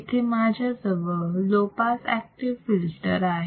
इथे माझ्याजवळ low pass active filter आहे